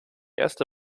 erste